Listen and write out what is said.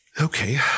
Okay